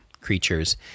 creatures